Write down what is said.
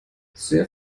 sehr